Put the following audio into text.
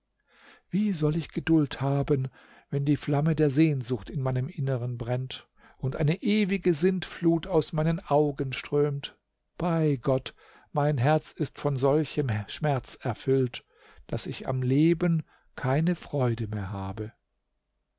wie soll ich geduld haben wenn die flamme der sehnsucht in meinem inneren brennt und eine ewige sintflut aus meinen augen strömt bei gott mein herz ist von solchem schmerz erfüllt daß ich am leben keine freude mehr habe